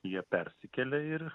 jie persikelia ir